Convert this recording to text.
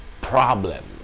problem